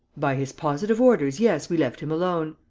by his positive orders, yes, we left him alone.